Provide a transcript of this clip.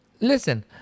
listen